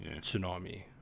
tsunami